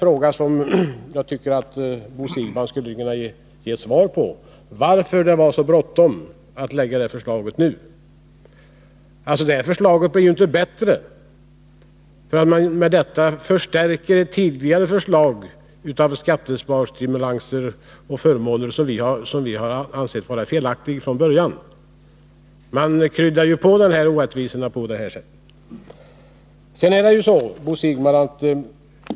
Jag tycker Bo Siegbahn skulle kunna ge ett svar på frågan, varför det var så bråttom med att lägga fram det här förslaget nu. Förslaget blir ju inte bättre för att man därmed förstärker ett tidigare förslag med skattesparstimulanser och förmåner, som vi från början ansåg vara felaktigt. Man kryddar ju på orättvisorna på det här sättet.